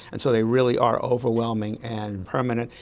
and so they really are overwhelming and permanent.